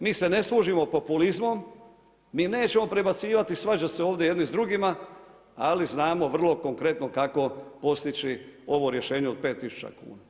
Mi se ne služimo populizmom, mi nećemo prebacivati i svađati se ovdje jedni s drugima, ali znamo vrlo konkretno kako postići ovo rješenje o pet tisuća kuna.